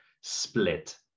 split